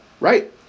right